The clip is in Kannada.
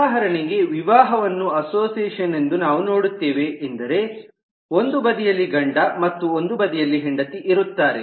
ಉದಾಹರಣೆಗೆ ವಿವಾಹವನ್ನು ಅಸೋಸಿಯೇಷನ್ ಎಂದು ನಾವು ನೋಡುತ್ತೇವೆ ಎಂದರೆ ಒಂದು ಬದಿಯಲ್ಲಿ ಗಂಡ ಮತ್ತು ಒಂದು ಬದಿಯಲ್ಲಿ ಹೆಂಡತಿ ಇರುತ್ತಾರೆ